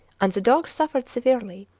and the dogs suffered severely,